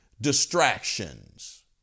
distractions